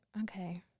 Okay